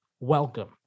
welcome